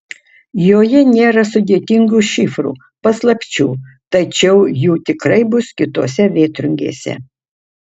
joje nėra sudėtingų šifrų paslapčių tačiau jų tikrai bus kitose vėtrungėse